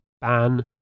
ban